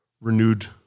renewed